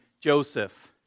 Joseph